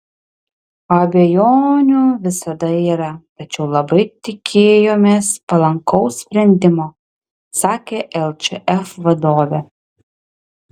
abejonių visada yra tačiau labai tikėjomės palankaus sprendimo sakė lčf vadovė